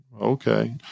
Okay